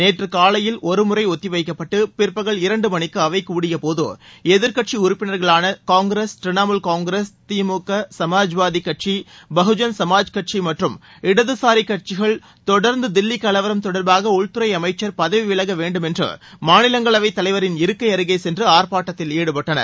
நேற்று காலையில் ஒரு முறை ஒத்திவைக்கப்பட்டு பிற்பகல் இரண்டு மணிக்கு அவை கூடியபோது எதிர்க்கட்சி உறுப்பினர்களான காங்கிரஸ் திரிணமுல் காங்கிரஸ் திமுக சமாஜ்வாதி கட்சி பகுஜன் சமாஜ்வாதி கட்சி மற்றும் இடதுசாரி கட்சிகள் தொடர்ந்து தில்லி கலவரம் தொடர்பாக உள்துறை அமைச்சர் பதவி விலக வேண்டுமென்று மாநிலங்களவைத் தலைவரின் இருக்கை அருகே சென்று ஆர்ப்பாட்டத்தில் ஈடுபட்டனர்